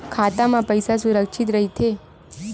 खाता मा पईसा सुरक्षित राइथे?